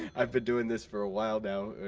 i've been doing this for a while now,